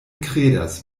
kredas